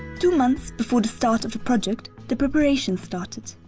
two months before the start of the project the preperations started.